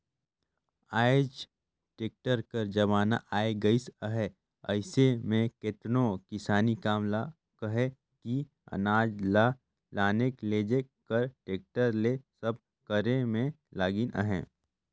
आएज टेक्टर कर जमाना आए गइस अहे अइसे में केतनो किसानी काम ल कहे कि अनाज ल लाने लेइजे कर टेक्टर ले सब करे में लगिन अहें